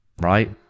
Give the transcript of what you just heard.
right